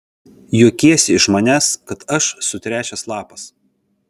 juokiesi iš manęs kad aš sutręšęs lapas